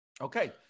Okay